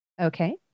Okay